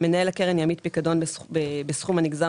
מנהל הקרן העמיד פיקדון בסכום הנגזר